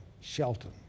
Shelton